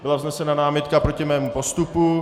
Byla vznesena námitka proti mému postupu.